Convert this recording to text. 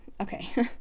Okay